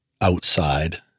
outside